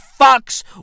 fucks